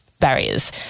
Barriers